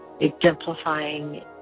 exemplifying